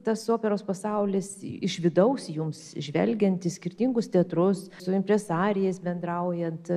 tas operos pasaulis iš vidaus jums žvelgiant į skirtingus teatrus su impresarijais bendraujant